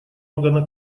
органа